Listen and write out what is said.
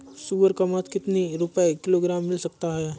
सुअर का मांस कितनी रुपय किलोग्राम मिल सकता है?